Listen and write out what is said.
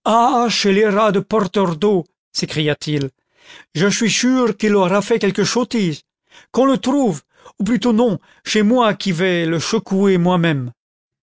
schélératde porteur d'eau sécria til je chuis chûr qu'il aura fait quelque chottise qu'on le trouve ou plutôt non ch'est moi qui vais le checouer moi-même